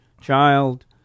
child